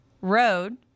Road